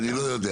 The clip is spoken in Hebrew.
אני לא יודע,